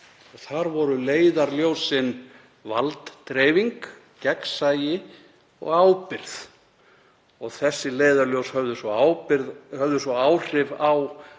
Þar voru leiðarljósin valddreifing, gegnsæi og ábyrgð. Þau leiðarljós höfðu svo áhrif á